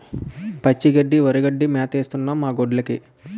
పచ్చి గడ్డి వరిగడ్డి మేతేస్తన్నం మాగొడ్డ్లుకి